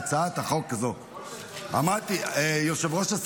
וגם בהצעת החוק בא איתי יחד ולמדנו את הנושא.